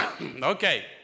Okay